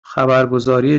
خبرگزاری